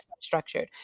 structured